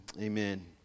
amen